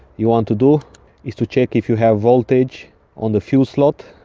you want to do is to check if you have voltage on the fuse slot.